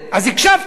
אז הקשבתי.